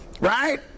Right